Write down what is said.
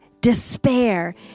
despair